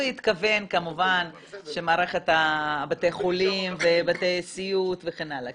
הוא התכוון כמובן שמערכת בתי החולים ומערכת הסיעוד וכן הלאה,